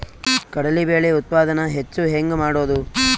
ಕಡಲಿ ಬೇಳೆ ಉತ್ಪಾದನ ಹೆಚ್ಚು ಹೆಂಗ ಮಾಡೊದು?